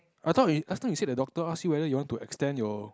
I thought we I thought you said the doctor ask you whether you want to extend your